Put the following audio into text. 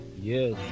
Yes